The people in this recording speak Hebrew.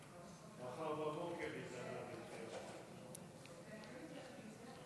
ההצעה להעביר את הצעת חוק הבטחת הכנסה (הוראת שעה